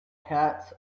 cats